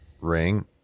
ring